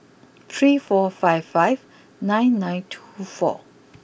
three four five five nine nine two four